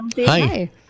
Hi